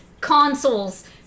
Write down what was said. consoles